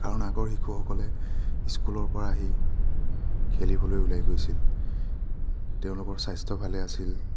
কাৰণ আগৰ শিশুসকলে স্কুলৰ পৰা আহি খেলিবলৈ ওলাই গৈছিল তেওঁলোকৰ স্বাস্থ্য ভালে আছিল